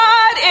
God